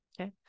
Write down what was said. Okay